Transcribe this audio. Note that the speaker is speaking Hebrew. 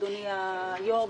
אדוני היו"ר,